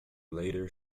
later